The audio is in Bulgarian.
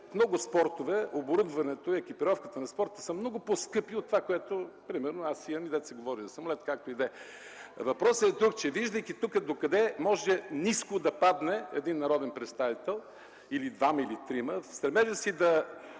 много спортове оборудването, екипировката на спорта са много по-скъпи от това, което примерно аз имам, дето се говори за самолет. Въпросът е друг – виждайки тук докъде ниско може да падне един народен представител, или двама, или трима, в стремежа си да